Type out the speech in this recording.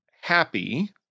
happy